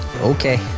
Okay